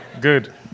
Good